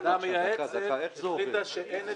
הוועדה המייעצת החליטה שאין היטל.